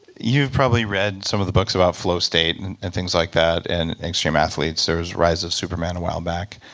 you've probably read some of the books about flow state and things like that and extreme athletes. there was rise of superman a while back.